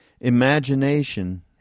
Imagination